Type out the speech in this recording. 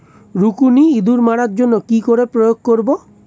রুকুনি ইঁদুর মারার জন্য কি করে প্রয়োগ করব?